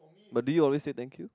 but do you always say thank you